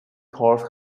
horse